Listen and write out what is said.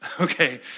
Okay